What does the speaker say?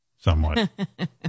somewhat